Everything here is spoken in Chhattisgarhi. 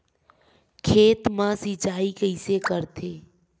खेत मा सिंचाई कइसे करथे?